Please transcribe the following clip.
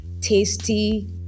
tasty